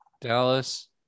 Dallas